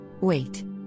Wait